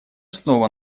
снова